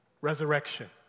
Resurrection